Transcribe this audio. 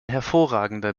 hervorragender